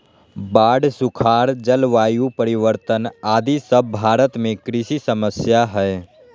बाढ़, सुखाड़, जलवायु परिवर्तन आदि सब भारत में कृषि समस्या हय